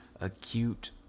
acute